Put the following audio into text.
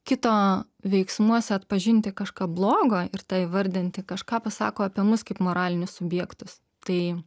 kito veiksmuose atpažinti kažką blogo ir tą įvardinti kažką pasako apie mus kaip moralinius subjektus tai